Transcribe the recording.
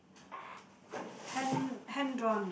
hand hand drawn